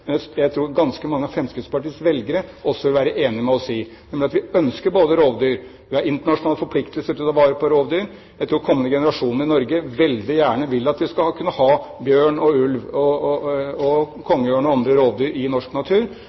også vil være enig med oss i, nemlig at vi ønsker rovdyr. Vi har internasjonale forpliktelser til å ta vare på rovdyr. Jeg tror kommende generasjoner i Norge veldig gjerne vil at vi skal kunne ha bjørn, ulv, kongeørn og andre rovdyr i norsk natur.